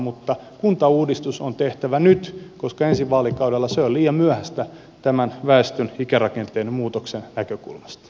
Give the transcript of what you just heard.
mutta kuntauudistus on tehtävä nyt koska ensi vaalikaudella se on liian myöhäistä tämän väestön ikärakenteen muutoksen näkökulmasta